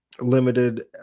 Limited